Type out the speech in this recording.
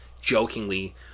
jokingly